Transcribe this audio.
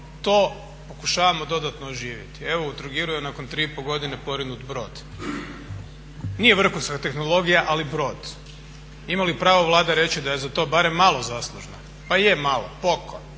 to pokušavamo dodatno oživjeti. Evo u Trogiru je nakon 3,5 godine porinut brod. Nije vrhunska tehnologija ali brod. Ima li pravo Vlada reći da je za to barem malo zaslužna? Pa je malo, poco.